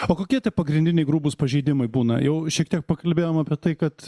o kokie tie pagrindiniai grubūs pažeidimai būna jau šiek tiek pakalbėjom apie tai kad